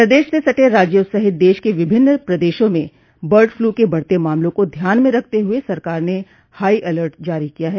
प्रदेश से सटे राज्यों सहित देश के विभिन्न प्रदेशों में बर्ड फ्लू के बढते मामलों को ध्यान में रखते हुए सरकार ने हाई अलर्ट जारी किया है